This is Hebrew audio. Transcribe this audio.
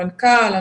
המנכ"ל,